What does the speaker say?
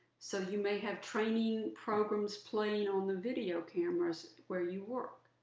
so you may have training programs playing on the video cameras where you work.